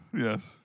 Yes